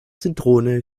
zitrone